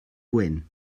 gwyn